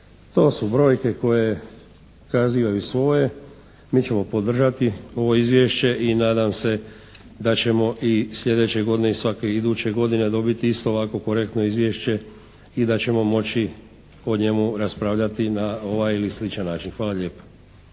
To su brojke koje kazuju svoje. Mi ćemo podržati ovo izvješće i nadam se da ćemo i sljedeće godine i svake iduće godine dobiti isto ovako korektno izvješće i da ćemo moći o njemu raspravljati na ovaj ili sličan način. Hvala lijepo.